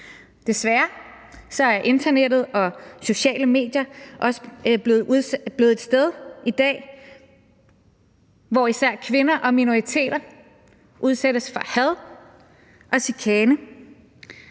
Desværre er internettet og sociale medier også blevet et sted i dag, hvor især kvinder og minoriteter udsættes for had og chikane,